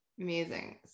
amazing